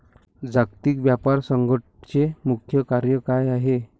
जागतिक व्यापार संघटचे मुख्य कार्य काय आहे?